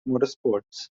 motorsports